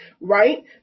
Right